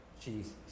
Jesus